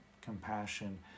compassion